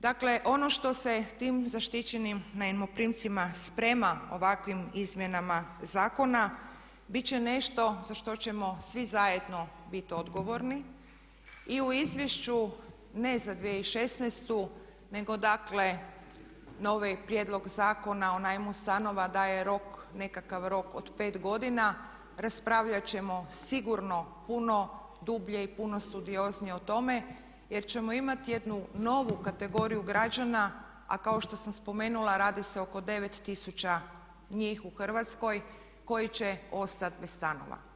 Dakle, ono što se tim zaštićenim najmoprimcima sprema ovakvim izmjenama zakona bit će nešto za što ćemo svi zajedno biti odgovorni i u izvješću ne za 2016. nego dakle novi prijedlog Zakona o najmu stanova daje nekakav rok od 5 godina, raspravljat ćemo sigurno puno dublje i puno studioznije o tome jer ćemo imati jednu novu kategoriju građana, a kao što sam spomenula radi se oko 9000 njih u Hrvatskoj koji će ostati bez stanova.